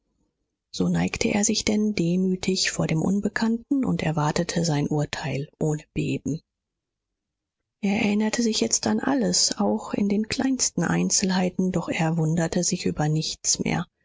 so neigte er sich denn demütig vor dem unbekannten und erwartete sein urteil ohne beben er erinnerte sich jetzt an alles auch in den kleinsten einzelheiten doch er wunderte sich über nichts mehr